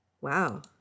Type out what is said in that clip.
Wow